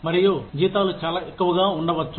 మరియు జీతాలు చాలా ఎక్కువగా ఉండవచ్చు